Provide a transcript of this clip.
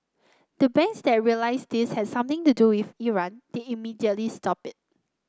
the banks that realised this has something to do if Iran they immediately stopped it